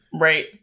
Right